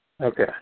Okay